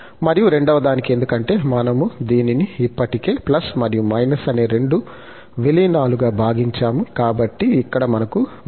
మరియు రెండవదానికి ఎందుకంటే మనము దీనిని ఇప్పటికే మరియు అనే రెండు విలీనాలుగా భాగించాము కాబట్టి ఇక్కడ మనకు |c−n|2 ఉంది